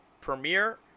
Premiere